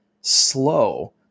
slow